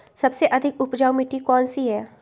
सबसे अधिक उपजाऊ मिट्टी कौन सी हैं?